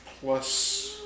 plus